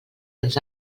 ens